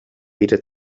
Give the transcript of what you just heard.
wieder